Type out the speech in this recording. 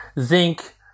zinc